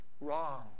Wrong